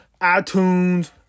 iTunes